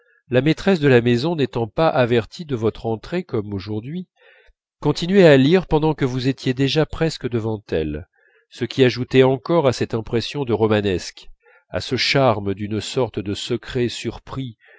la maîtresse de la maison n'étant pas avertie de votre entrée comme aujourd'hui continuait à lire pendant que vous étiez déjà presque devant elle ce qui ajoutait encore à cette impression de romanesque à ce charme d'une sorte de secret surpris